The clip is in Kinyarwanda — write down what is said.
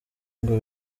ngo